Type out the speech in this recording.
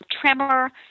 tremor